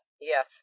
Yes